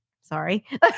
Sorry